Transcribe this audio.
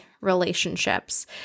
relationships